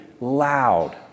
loud